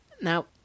Now